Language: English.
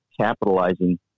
capitalizing